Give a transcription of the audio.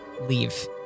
leave